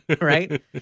Right